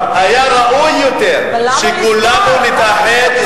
היה ראוי יותר שכולנו נתאחד,